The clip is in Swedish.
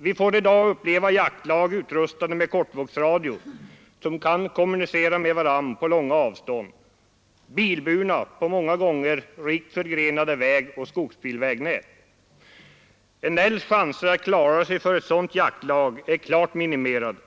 Vi får i dag uppleva jaktlag utrustade med kortvågsradio, som kan kommunicera med varandra på långa avstånd och som är bilburna på många gånger rikt förgrenade vägoch skogsbilvägnät. En älgs chanser att klara sig från ett sådant jaktlag är klart minimerade.